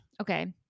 okay